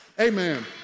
amen